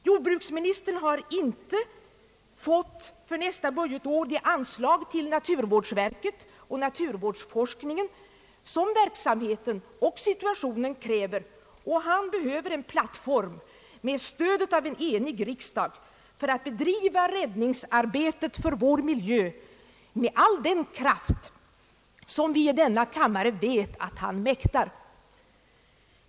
Jordbruksministern har inte fått för nästa budgetår de anslag till naturvårdsverket och naturvårdsforskningen, som verksamheten och situationen kräver, och han behöver en plattform med stödet av en enig riksdag för att bedriva räddningsarbetet för vår miljö med all den kraft som vi i denna kammare vet att han mäktar.